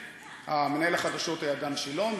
מנהל החדשות היה דן שילון,